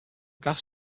gas